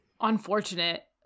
unfortunate